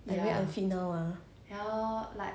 I very unfit now ah